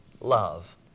love